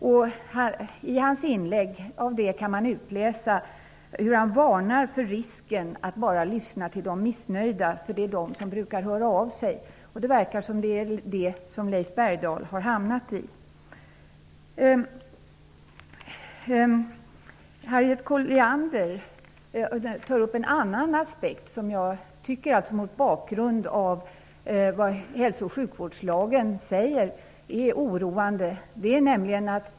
Av hans inlägg kan man utläsa hur han varnar för risken med att bara lyssna på de missnöjda, eftersom det är de som brukar höra av sig. Men det verkar som om Leif Bergdahl har hamnat i denna fälla. Harriet Colliander tog upp en annan aspekt, som jag tycker är oroande mot bakgrund av vad som står i hälso och sjukvårdslagen.